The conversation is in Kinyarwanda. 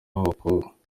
b’abakobwa